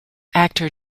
actor